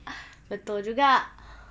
betul juga